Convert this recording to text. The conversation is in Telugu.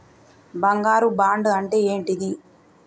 బంగారు బాండు అంటే ఏంటిది?